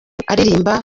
aririmba